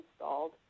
installed